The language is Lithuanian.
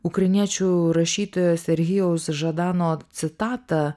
ukrainiečių rašytojo sergejaus žadano citatą